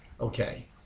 Okay